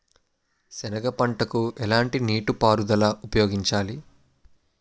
సెనగ పంటకు ఎలాంటి నీటిపారుదల ఉపయోగించాలి?